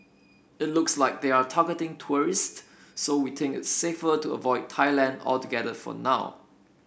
it looks like they're targeting tourist so we think it's safer to avoid Thailand altogether for now